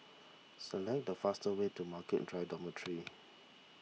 select the faster way to Margaret Drive Dormitory